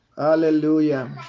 Hallelujah